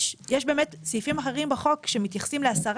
יש באמת סעיפים אחרים בחוק שמתייחסים ל-10